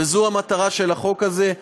וזו המטרה של החוק הזה.